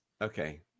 Okay